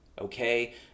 okay